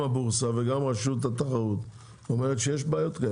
הבורסה וגם רשות התחרות אומרים שיש בעיות.